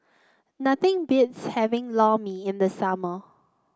nothing beats having Lor Mee in the summer